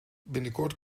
binnenkort